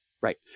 right